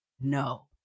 no